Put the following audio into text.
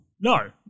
No